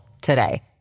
today